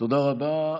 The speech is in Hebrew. תודה רבה.